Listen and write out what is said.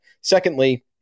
Secondly